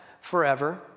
forever